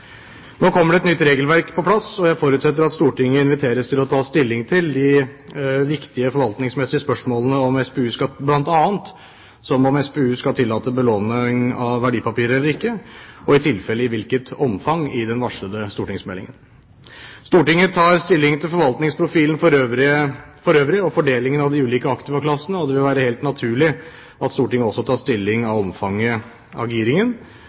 Nå kommer det et nytt regelverk på plass. Jeg forutsetter at Stortinget inviteres til å ta stilling til de viktige forvaltningsmessige spørsmålene, bl.a. om SPU skal tillate belåning av verdipapirer eller ikke, og i tilfelle i hvilket omfang, i forbindelse med den varslede stortingsmeldingen. Stortinget tar stilling til forvaltningsprofilen for øvrig og fordelingen av de ulike aktivaklassene. Det vil være helt naturlig at Stortinget også tar stilling til omfanget av